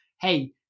Hey